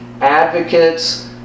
advocates